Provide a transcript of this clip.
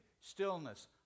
stillness